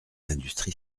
l’industrie